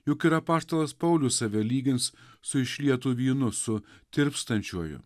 juk ir apaštalas paulius save lygins su išlietu vynu su tirpstančiuoju